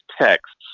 texts